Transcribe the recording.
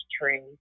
tree